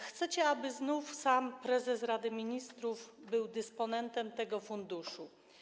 Chcecie, aby znów sam prezes Rady Ministrów był dysponentem tego funduszu.